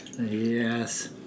Yes